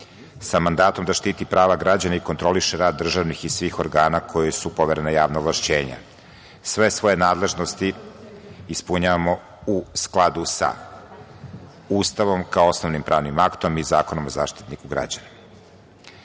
sa mandatom da štiti prava građana i kontroliše rad državnih i svih organa koji su poverena javna ovlašćenja. Sve svoje nadležnosti ispunjavamo u skladu sa Ustavom, kao osnovnim pravnim aktom i Zakonom o zaštitniku